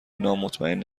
نامطمئن